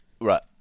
Right